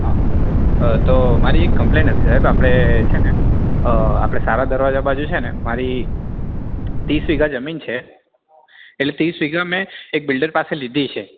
હા હા તો મારી એક કંપલેન્ટ હતી સાહેબ આપણે છેને આપણે સહારા દરવાજા બાજુ છે ને મારી ત્રીસ વિધા જમીન છે એટલે ત્રીસ વીઘા મેં એક બિલ્ડર પાસે લીધી છે